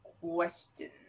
question